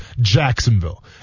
Jacksonville